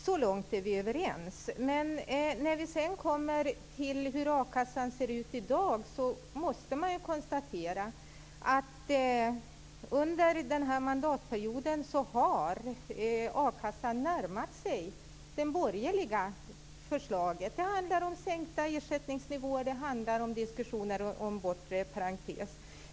Så långt är vi överens, men när vi sedan kommer fram till hur a-kassan ser ut i dag måste man konstatera att a-kassan under den här mandatperioden har närmat sig det som det borgerliga förslaget innebär. Det handlar om sänkta ersättningsnivåer och om diskussioner om en bortre parentes.